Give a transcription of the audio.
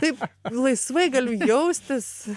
taip laisvai galiu jaustis